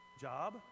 Job